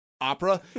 opera